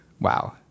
wow